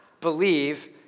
believe